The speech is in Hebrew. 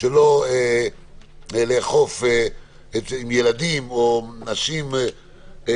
שלא לאכוף עם ילדים או נשים או